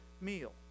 meal